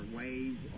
ways